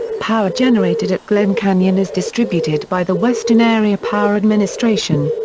power generated at glen canyon is distributed by the western area power administration.